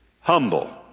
humble